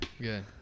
Good